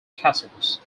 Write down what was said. castles